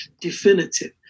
definitive